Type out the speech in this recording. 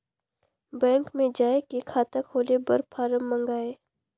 Bank मे जाय के खाता खोले बर फारम मंगाय?